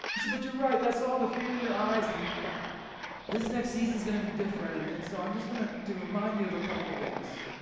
said, but you're right, that's all the fear in your eyes and this next season is gonna be different. and and so, i'm just gonna to remind you of a couple things.